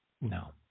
no